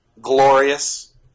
glorious